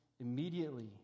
immediately